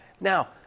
Now